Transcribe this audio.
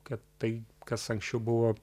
kad tai kas anksčiau buvo